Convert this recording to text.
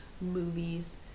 movies